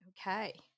okay